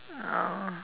oh